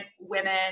women